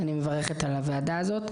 אני מברכת על הדיון הזה,